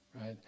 right